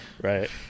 Right